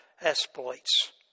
exploits